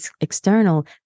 external